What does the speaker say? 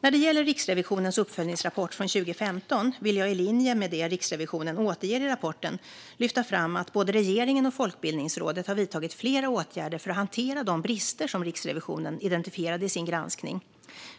När det gäller Riksrevisionens uppföljningsrapport från 2015 vill jag, i linje med det Riksrevisionen återger i rapporten, lyfta fram att både regeringen och Folkbildningsrådet har vidtagit flera åtgärder för att hantera de brister som Riksrevisionen identifierade i sin granskning.